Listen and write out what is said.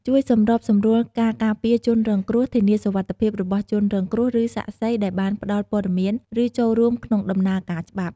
ជួយសម្របសម្រួលការការពារជនរងគ្រោះ ធានាសុវត្ថិភាពរបស់ជនរងគ្រោះ ឬសាក្សីដែលបានផ្តល់ព័ត៌មាន ឬចូលរួមក្នុងដំណើរការច្បាប់។